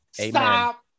Stop